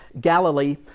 Galilee